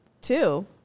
two